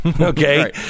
Okay